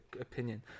opinion